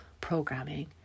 programming